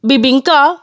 bebinca